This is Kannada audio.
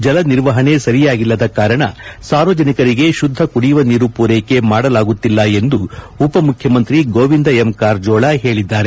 ಜಲ ನಿರ್ವಹಣೆ ಸರಿಯಾಗಿಲ್ಲದ ಕಾರಣ ಸಾರ್ವಜನಿರಿಗೆ ಶುದ್ದ ಕುಡಿಯುವ ನೀರು ಪೂರೈಕೆ ಮಾಡಲಾಗುತಿಲ್ಲ ಎಂದು ಉಪಮುಖ್ಯಮಂತ್ರಿ ಗೋವಿಂದ ಎಂ ಕಾರಜೋಳ ಹೇಳಿದ್ದಾರೆ